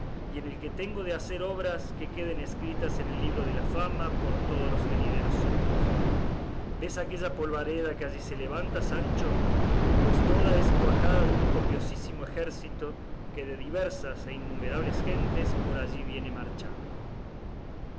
y en el que tengo de hacer obras que queden escritas en el libro de la fama por todos los venideros siglos ves aquella polvareda que allí se levanta sancho pues toda es cuajada de un copiosísimo ejército que de diversas e innumerables gentes por allí viene marchando